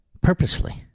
purposely